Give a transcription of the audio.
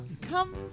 come